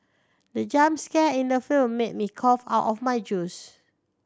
the jump scare in the film made me cough out of my juice